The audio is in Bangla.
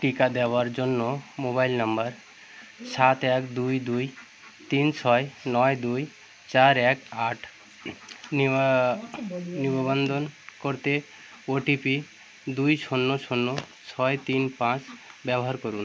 টিকা দেওয়ার জন্য মোবাইল নাম্বার সাত এক দুই দুই তিন ছয় নয় দুই চার এক আট নিবা নিবন্ধন করতে ওটিপি দুই শূন্য শূন্য ছয় তিন পাঁচ ব্যবহার করুন